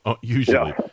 usually